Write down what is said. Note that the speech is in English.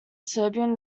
serbian